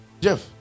Jeff